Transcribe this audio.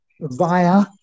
via